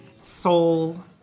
soul